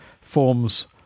forms